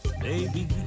Baby